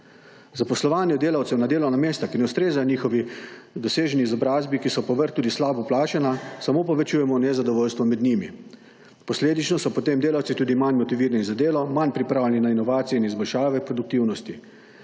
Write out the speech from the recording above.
Zaposlovanje delavcev na delovna mesta, ki ne ustrezajo njihovi doseženi izobrazbi, ki so po vrhu tudi slabo plačana, samo povečujejo nezadovoljstvo med njimi. Posledično so potem delavci tudi manj motivirani za delo, manj pripravljeni na inovacijo in izboljšave produktivnosti,